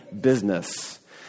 business